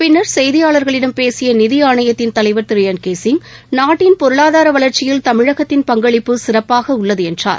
பின்னா் செய்தியாள்களிடம் பேசிய நிதி ஆணையத்தின் தலைவா் திரு என் கே சிங் நாட்டின் பொருளாதார வளர்ச்சியில் தமிழகத்தின் பங்களிப்பு சிறப்பாக உள்ளது என்றார்